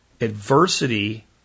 Adversity